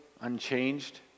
unchanged